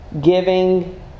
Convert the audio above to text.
giving